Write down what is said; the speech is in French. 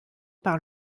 par